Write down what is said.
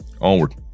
Onward